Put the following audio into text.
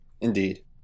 Indeed